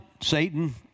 Satan